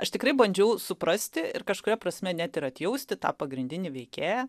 aš tikrai bandžiau suprasti ir kažkuria prasme net ir atjausti tą pagrindinį veikėją